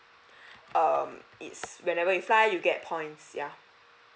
err it's whenever you fly you get points ya